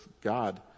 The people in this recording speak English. God